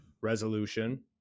resolution